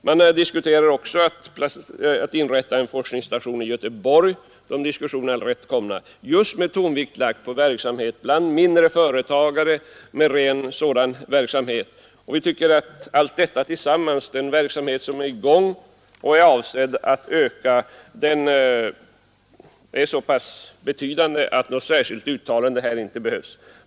Man diskuterar också planer på att inrätta en forskningsstation i Göteborg med tonvikt lagd på arbete bland mindre företagare med ren uppfinnarverksamhet Vi tycker att allt detta tillsammans den verksamhet som är i gång och som är avsedd att utökas är så pass betydande att något särskilt uttalande inte behövs.